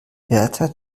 wärter